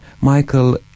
Michael